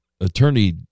attorney